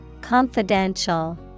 Confidential